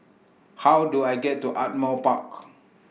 How Do I get to Ardmore Park